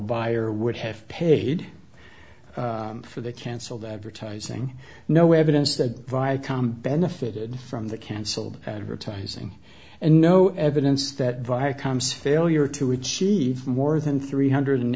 buyer would have paid for the cancelled advertising no evidence that viacom benefited from the cancelled advertising and no evidence that viacom's failure to achieve more than three hundred